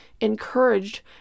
encouraged